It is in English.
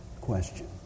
question